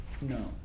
no